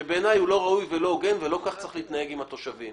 שהוא לא ראוי ולא הוגן ולא כך צריך להתנהג עם התושבים.